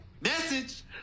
Message